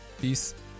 peace